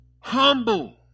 Humble